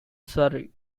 surrey